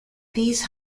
these